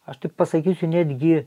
aš taip pasakysiu netgi